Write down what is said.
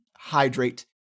hydrate